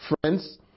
Friends